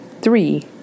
three